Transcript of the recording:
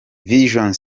vision